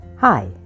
Hi